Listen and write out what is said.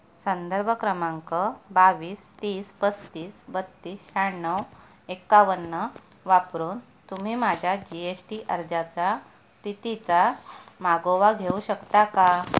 संदर्भ क्रमांक बावीस तीस पस्तीस बत्तीस शहाण्णव एक्कावन्न वापरून तुम्ही माझ्या जी एस टी अर्जाच्या स्थितीचा मागोवा घेऊ शकता का